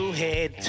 head